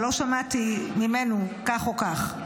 אבל לא שמעתי ממנו כך או כך.